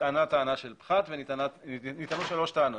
נטענו שלוש טענות.